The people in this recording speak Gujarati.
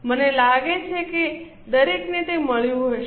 મને લાગે છે કે દરેક ને મળ્યું હશે